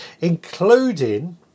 including